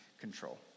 control